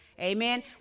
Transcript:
amen